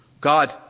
God